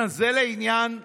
זה לעניין זה.